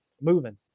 moving